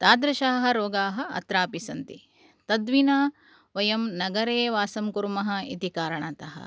तादृशाः रोगाः अत्रापि सन्ति तद्विना वयं नगरे वासं कुर्मः इति कारणतः